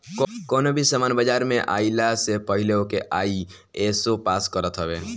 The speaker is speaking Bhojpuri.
कवनो भी सामान बाजारी में आइला से पहिले ओके आई.एस.ओ पास करत हवे